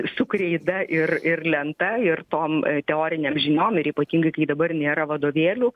su kreida ir ir lenta ir tom teorinėm žiniom ir ypatingai kai dabar nėra vadovėlių